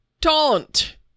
taunt